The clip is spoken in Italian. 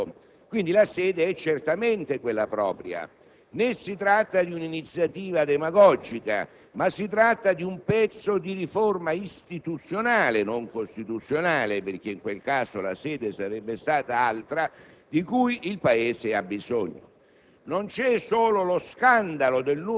mentre, partendo dai rami alti, tutto rimane così com'è. Quindi, la sede è certamente quella propria. Né si tratta di un'iniziativa demagogica, ma di un pezzo di riforma istituzionale - non costituzionale, perché in quel caso la sede sarebbe stata altra